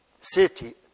city